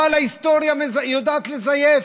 אבל ההיסטוריה יודעת לזייף: